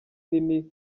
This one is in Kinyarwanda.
nini